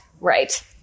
Right